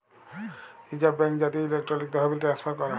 reserve bank জাতীয় electronic তহবিল transfer ক্যরে